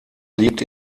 liegt